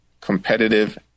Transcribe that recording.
competitive